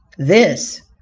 this,